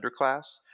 underclass